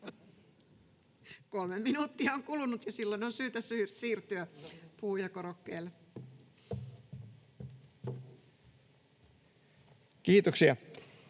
Kolme minuuttia on kulunut, ja silloin on syytä siirtyä puhujakorokkeelle. [Puhemies